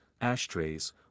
ashtrays